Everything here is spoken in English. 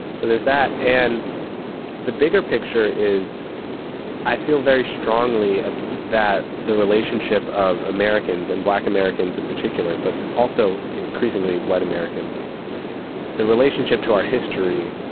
so there's that and the bigger picture is i feel very strongly ah that the relationship of americans and black americans in particular but also increasingly white americans the relationship to our history.